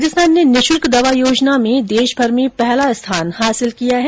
राजस्थान ने निःशुल्क दवा योजना में देशभर में पहला स्थान हासिल किया है